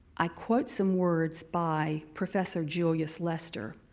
i quote some words by professor julius lester,